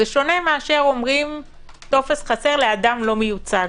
זה שונה מאשר אומרים זאת לאדם לא מיוצג.